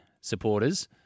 supporters